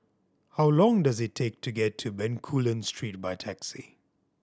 how long does it take to get to Bencoolen Street by taxi